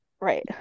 Right